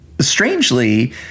Strangely